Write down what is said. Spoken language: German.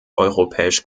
europäisch